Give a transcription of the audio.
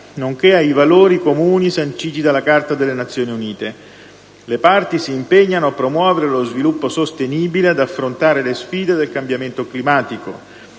nonché ai valori comuni sanciti dalla Carta delle Nazioni Unite. Le parti si impegnano a promuovere lo sviluppo sostenibile e ad affrontare le sfide del cambiamento climatico;